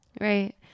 Right